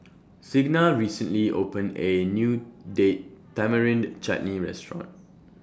Signa recently opened A New Date Tamarind Chutney Restaurant